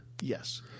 Yes